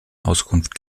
auskunft